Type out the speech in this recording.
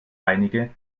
einige